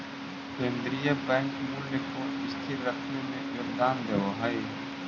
केन्द्रीय बैंक मूल्य को स्थिर रखने में योगदान देवअ हई